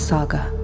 Saga